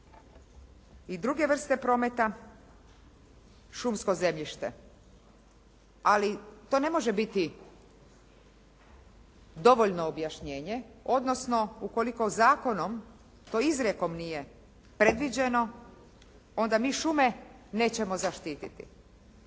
i druge vrste prometa šumsko zemljište. Ali to ne može biti dovoljno objašnjenje, odnosno ukoliko zakonom to izrijekom nije predviđeno onda mi šume nećemo zaštititi.